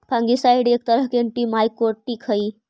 fungicide एक तरह के एंटिमाइकोटिक हई